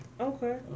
Okay